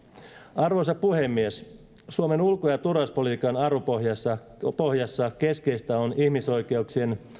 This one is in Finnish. arvoisa puhemies suomen ulko ja turvallisuuspolitiikan arvopohjassa arvopohjassa keskeistä on ihmisoikeuksien